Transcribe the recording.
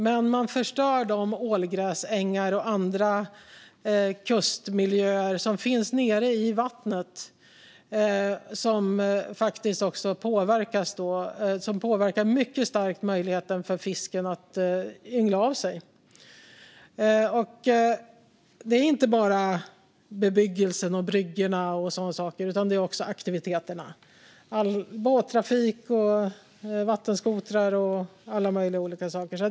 Men man förstör de ålgräsängar och andra kustmiljöer som finns nere i vattnet och som mycket starkt påverkar möjligheten för fisken att yngla av sig. Det gäller inte bara bebyggelsen, bryggorna och sådana saker. Det gäller också aktiviteter som båttrafik, vattenskotrar och alla möjliga saker.